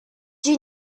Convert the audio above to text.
you